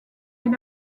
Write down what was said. est